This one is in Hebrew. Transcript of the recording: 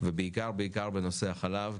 ובעיקר בנושא החלב,